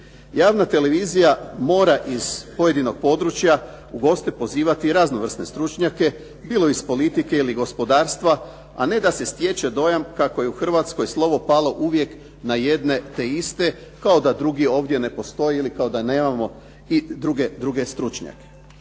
Javna televizija mora iz pojedinog područja u goste pozivati i raznovrsne stručnjake, bilo iz politike ili gospodarstva, a ne da se stječe dojam kako je u Hrvatskoj slovo palo uvijek na jedne te iste, kao da drugi ovdje ne postoje ili kao da nemamo i druge stručnjake.